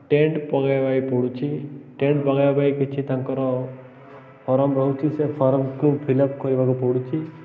tent ପକାଇବାକେ ପଡ଼ୁଛିି tent ପକାଇବା ପାଇଁ କିଛି ତାଙ୍କର ଫର୍ମ ରହୁଛି ସେ ଫର୍ମକୁ ଫିଲପ୍ କରିବାକୁ ପଡ଼ୁଛି